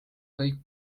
kõik